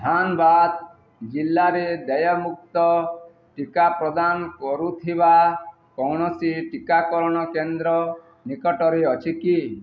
ଧାନ୍ବାଦ୍ ଜିଲ୍ଲାରେ ଦେୟମୁକ୍ତ ଟିକା ପ୍ରଦାନ କରୁଥିବା କୌଣସି ଟିକାକରଣ କେନ୍ଦ୍ର ନିକଟରେ ଅଛି କି